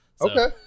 Okay